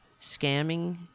Scamming